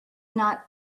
not